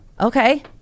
Okay